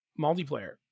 multiplayer